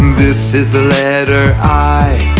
this is the letter i